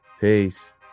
Peace